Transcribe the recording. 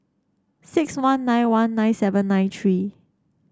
six one nine one nine seven nine three